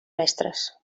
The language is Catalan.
mestres